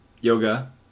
yoga